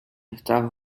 estados